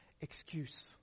excuse